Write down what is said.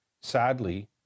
Sadly